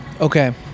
Okay